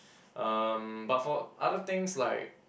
um but for other things like